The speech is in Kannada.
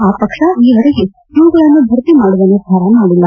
ಆ ಪಕ್ಷ ಈವರೆಗೆ ಇವುಗಳನ್ನು ಭರ್ತಿ ಮಾಡುವ ನಿರ್ಧಾರ ಮಾಡಿಲ್ಲ